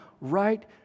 right